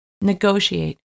Negotiate